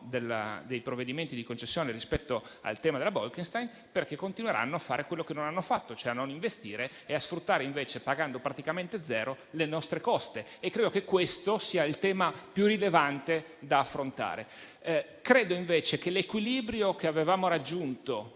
dei provvedimenti di concessione rispetto al tema della Bolkestein, perché continueranno a fare quello che non hanno fatto, cioè a non investire e a sfruttare le nostre coste pagando praticamente zero. Credo che questo sia il tema più rilevante da affrontare. Credo, invece, che l'equilibrio che avevamo raggiunto